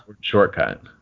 Shortcut